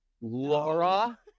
Laura